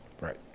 right